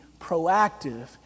proactive